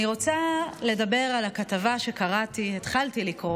אני רוצה לדבר על הכתבה שהתחלתי לקרוא